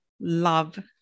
love